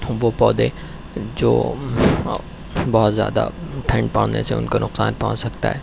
وہ پودے جو بہت زیادہ ٹھنڈ پہنچنے سے ان کو نقصان پہنچ سکتا ہے